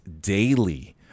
daily